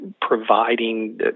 providing